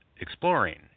exploring